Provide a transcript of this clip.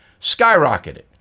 skyrocketed